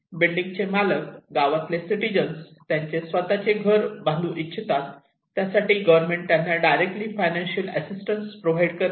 building चे मालक गावातले सिटिजन्स त्यांचे स्वतःचे घर बांधू इच्छितात त्यासाठी गव्हर्मेंट त्यांना डायरेक्टली फायनान्शियल असिस्टंट प्रोव्हाइड करते